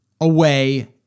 away